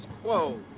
quo